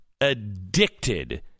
addicted